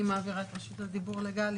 אני מעבירה את רשות הדיבור לגלי,